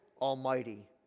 Almighty